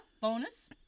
bonus